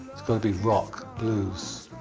it's gonna be rock, blues.